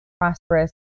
prosperous